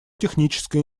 техническое